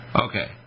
Okay